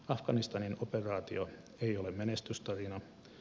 afganistanin operaatio ei ole menestystarina